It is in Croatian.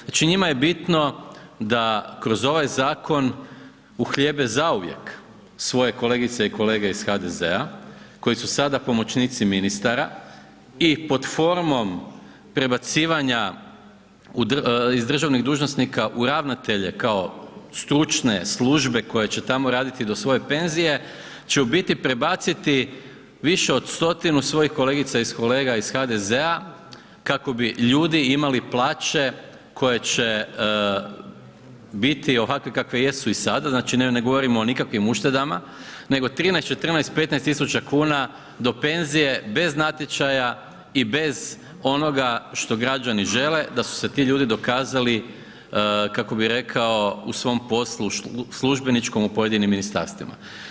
Znači njima je bitno da kroz ovaj zakon uhljebe zauvijek svoje kolegice i kolege iz HDZ-a koji su sada pomoćnici ministara i pod formom prebacivanja iz državnih dužnosnika u ravnatelje kao stručne službe koje će tamo raditi do svoje penzije će u biti prebaciti više od 100-tinu svojih kolegica i kolega iz HDZ-a kako bi ljudi imali plaće koje će biti ovakve kakve jesu i sada, znači ne govorimo o nikakvim uštedama, nego 13, 14, 15.000 kuna do penzije bez natječaja i bez onoga što građani žele da su se ti ljudi dokazali kako bi rekao u svom poslu službeničkom u pojedinim ministarstvima.